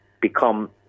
become